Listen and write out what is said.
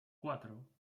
cuatro